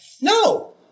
No